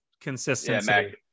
consistency